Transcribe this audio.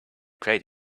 create